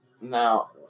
now